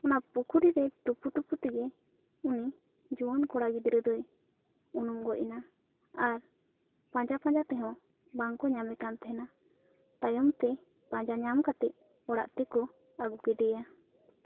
ᱚᱱᱟ ᱯᱩᱠᱷᱨᱤ ᱨᱮ ᱛᱳᱯᱳ ᱛᱳᱯᱳ ᱛᱮᱜᱮ ᱩᱱᱤ ᱡᱩᱣᱟᱹᱱ ᱠᱚᱲᱟ ᱜᱤᱫᱽᱨᱟᱹ ᱫᱚᱭ ᱩᱱᱩᱢ ᱜᱚᱡ ᱮᱱᱟᱭ ᱟᱨ ᱯᱟᱸᱡᱟ ᱯᱟᱸᱡᱟ ᱛᱮᱦᱚᱸ ᱵᱟᱝ ᱠᱚ ᱧᱟᱢᱮ ᱠᱟᱱ ᱛᱟᱦᱮᱱᱟ ᱛᱟᱭᱚᱢ ᱛᱮ ᱯᱟᱸᱡᱟ ᱧᱟᱢ ᱠᱟᱛᱮ ᱚᱲᱟᱜ ᱛᱮᱠᱚ ᱟᱹᱜᱩ ᱠᱮᱫᱮᱭᱟ